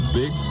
big